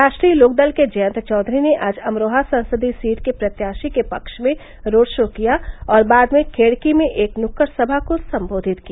राष्ट्रीय लोकदल के जयंत चौधरी ने आज अमरोहा संसदीय सीट के प्रत्याशी के पक्ष में रोड शो किया और बाद में खेड़की में एक नुक्कड़ सभा को सम्बोधित किया